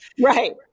Right